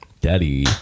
Daddy